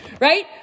right